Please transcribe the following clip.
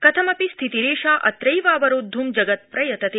कथमपि स्थितिरेषा अत्रैवावरोद्धं जगत् प्रयतते